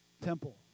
temple